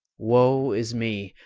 woe is me!